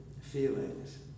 feelings